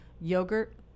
Yogurt